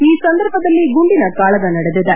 ಈ ಸಂದರ್ಭದಲ್ಲಿ ಗುಂಡಿನ ಕಾಳಗ ನಡೆದಿದೆ